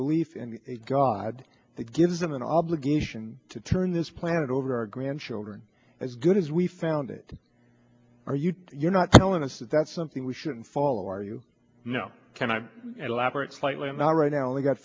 belief in a god that gives them an obligation to turn this planet over our grandchildren as good as we found it are you you're not telling us that that's something we should follow our you know kind of a labyrinth slightly not right now we've got